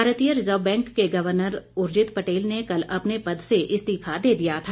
भारतीय reserve bank के governor Urjit Patel ने कल अपने पद से इस्तीफा दे दिया था